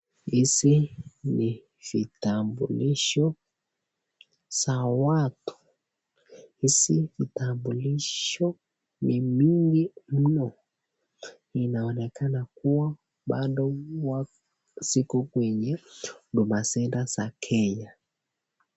Hizi ni vitambulisho za watu. Hizi kitambulisho ni mingi mno inaonekana kuwa bado ziko kwenye huduma center za Kenya.